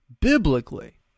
biblically